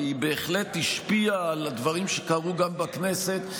והיא בהחלט השפיעה על הדברים שקרו גם בכנסת,